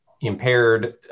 impaired